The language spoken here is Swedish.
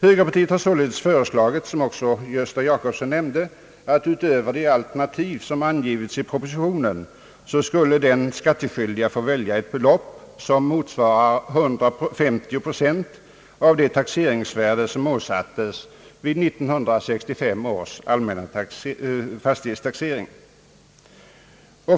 Högerpartiet har sålunda föreslagit, vilket också Gösta Jacobsson nämnde, att utöver de alternativ som angivits i propositionen skall den skattskyldige få välja ett belopp som motsvarar 150 procent av det taxeringsvärde som åsattes vid 1965 års allmänna fastighetstaxering.